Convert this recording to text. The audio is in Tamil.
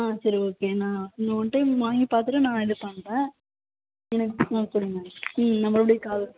ஆ சரி ஓகே நான் ஒன் டைம் வாங்கி பார்த்துட்டு நான் இது பண்ணுறேன் எனக்கு ஆ சொல்லுங்கள் ம் நான் மறுபடியும் கால்